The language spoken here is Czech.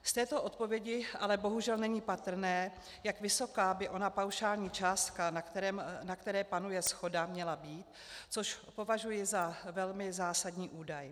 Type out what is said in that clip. Z této odpovědi ale bohužel není patrné, jak vysoká by ona paušální částka, na které panuje shoda, měla být, což považuji za velmi zásadní údaj.